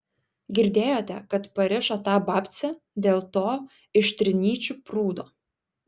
girdėjote kad parišo tą babcę dėl to iš trinyčių prūdo